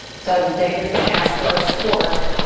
so dave it's going to ask for us pork.